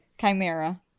Chimera